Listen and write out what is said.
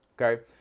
okay